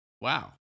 Wow